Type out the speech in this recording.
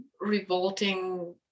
revolting